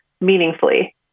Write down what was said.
meaningfully